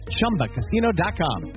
Chumbacasino.com